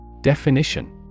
Definition